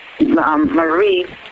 Marie